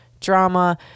drama